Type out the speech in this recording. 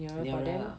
nearer ah